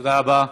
תודה רבה.